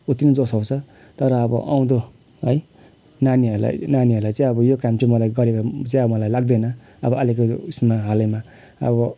उति नै जोस आउँछ तर अब आउँदो है नानीहरूलाई नानीहरूलाई चाहिँ अब यो काम चाहिँ मलाई गरेर चाहिँ अब मलाई लाग्दैन अब अहिलेको उयेसमा हालैमा अब